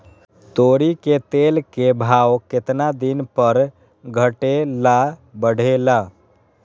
तोरी के तेल के भाव केतना दिन पर घटे ला बढ़े ला?